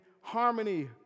harmony